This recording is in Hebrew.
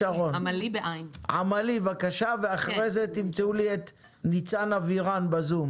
עמלי, בבקשה, ואחרי כן תמצאו את ניצן אבירן בזום.